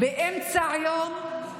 באמצע היום,